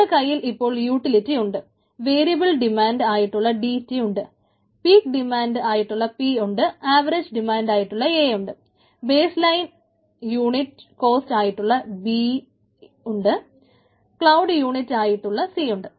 നമ്മുടെ കയ്യിൽ ഇപ്പോൾ യൂട്ടിലിറ്റി ഉണ്ട് വേരിയബിൾ ഡിമാൻഡ് ആയിട്ടുള്ള DT ഉണ്ട് പീക്ക്ഡിമാൻഡ് ആയിട്ടുള്ള P ഉണ്ട് ആവറേജ് ഡിമാൻഡ് ആയിട്ടുള്ള A ഉണ്ട് ബേസ് ലൈൻ യൂണിറ്റ് കോസ്റ്റ് ആയിട്ടുള്ള B ഉണ്ട്ക്ലൌഡ് യൂണിറ്റ് കോസ്റ്റ് ആയിട്ടുള്ള C ഉണ്ട്